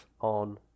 on